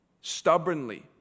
stubbornly